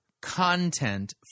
content